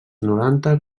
noranta